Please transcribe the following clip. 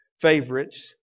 favorites